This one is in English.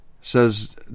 says